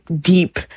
deep